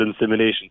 insemination